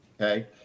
okay